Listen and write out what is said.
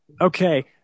Okay